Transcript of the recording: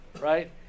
Right